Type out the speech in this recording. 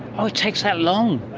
oh, it takes that long?